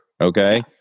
okay